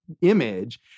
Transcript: image